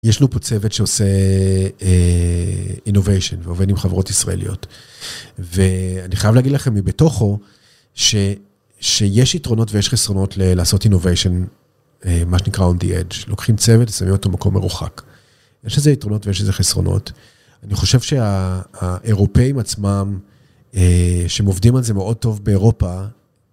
יש לנו פה צוות שעושה Innovation ועובד עם חברות ישראליות. ואני חייב להגיד לכם מבתוכו שיש יתרונות ויש חסרונות לעשות Innovation, מה שנקרא On The Edge. לוקחים צוות ושמים אותו במקום מרוחק. יש איזה יתרונות ויש איזה חסרונות. אני חושב שהאירופאים עצמם, שהם עובדים על זה מאוד טוב באירופה,